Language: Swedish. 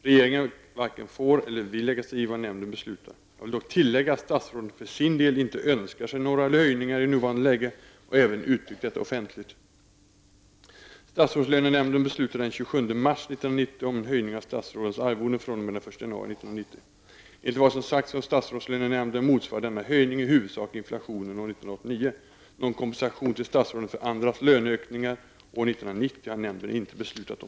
Regeringen varken får eller vill lägga sig i vad nämnden beslutar. Jag vill dock tillägga att statsråden för sin del inte önskar sig några höjningar i nuvarande läge och även uttryckt detta offentligt. januari 1990. Enligt vad som sagts från statsrådslönenämnden motsvarade denna höjning i huvudsak inflationen år 1989. Någon kompensation till statsråden för andras löneökningar år 1990 har nämnden inte beslutat om.